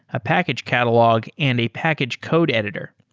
a package catalog and a package code editor.